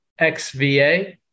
XVA